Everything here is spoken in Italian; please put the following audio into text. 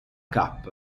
cap